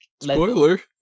Spoiler